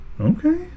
Okay